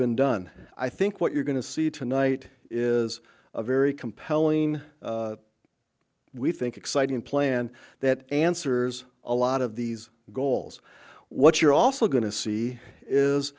been done i think what you're going to see tonight is a very compelling we think exciting plan that answers a lot of these goals what you're also going to see is